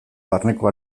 barneko